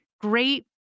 great